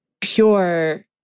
pure